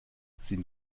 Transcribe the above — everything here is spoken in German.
sind